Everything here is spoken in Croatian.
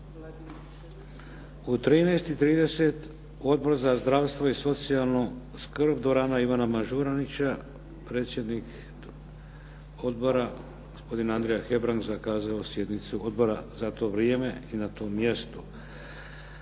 U 13,30 Odbor za zdravstvo i socijalnu skrb, dvorana "Ivana Mažuranić", predsjednik odbora gospodin Andrija Hebrang zakazao sjednicu tog odbora za to vrijeme i na tom mjestu.